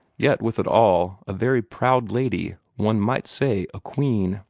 yet with it all a very proud lady, one might say a queen.